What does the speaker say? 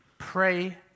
Pray